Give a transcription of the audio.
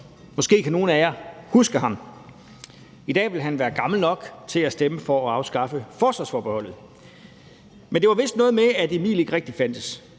Måske kan nogle af jer huske ham. I dag ville han være gammel nok til at stemme for at afskaffe forsvarsforbeholdet. Det var vist noget med, at Emil ikke rigtig fandtes,